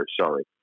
sorry